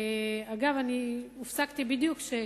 אגב, הופסקתי בדיוק כאשר